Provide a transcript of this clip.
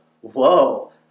whoa